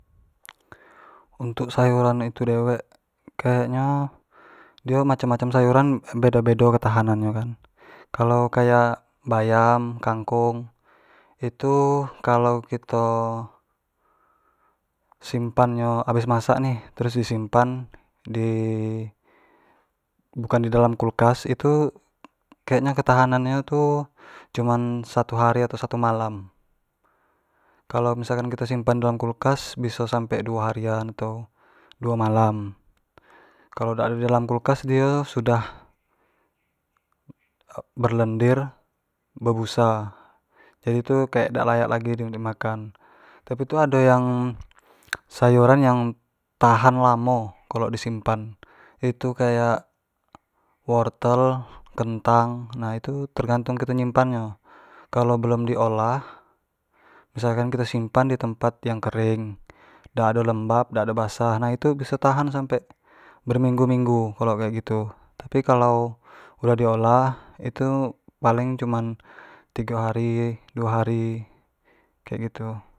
Untuk sayuran itu dewek kayak nyo dio macam-macam sayuran bedo-bedo ketahanan nyo kan, kalau kayak bayam, kangkung itu kalau kito simpan nyo habis masak nih terus disimpan di bukan di dalam kulkas ituu kek nyo ketahanan nyo tu cuman satu hari atau satu malam, kalau misal kan kito simpan di dalam kulkas biso sampe duo harian atau duo malam, kalau dak ado dalam kulkas dio sudah berlendir, berbusa, jadi tu kayak dak layalk lagi dio di makan, tapi tu ado sayuran yang tahan lamo kalo di simpan, itu kayak wortel, kentang, itu tergantung kito nyimpan nyo, kalo belum di olah, misal kan kito simpan di tempat yang kering, dak ado lembab, dak ado basah, nah itu biso tahan sampe berminggu-minggu kalau kek gitu, tapi kalau udah di olah itu paling cuman tigo hari duo hari kek gitu.